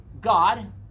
God